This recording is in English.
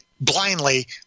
blindly